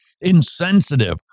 insensitive